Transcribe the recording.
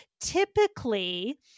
typically